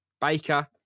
Baker